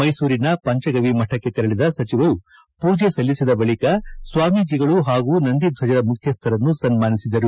ಮೈಸೂರಿನ ಪಂಚಗವಿ ಮಠಕ್ಕೆ ತೆರಳಿದ ಸಚಿವರು ಪೂಜೆ ಸಲ್ಲಿಸಿದ ಬಳಿಕ ಸ್ವಾಮೀಜಿಗಳು ಹಾಗೂ ನಂದಿಧ್ವಜದ ಮುಖ್ಯಸ್ದರನ್ನು ಸನ್ಮಾನಿಸಿದರು